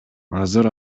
азыр